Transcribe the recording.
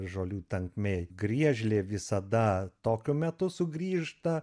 žolių tankmėj griežlė visada tokiu metu sugrįžta